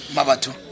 Mabatu